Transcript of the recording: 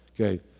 Okay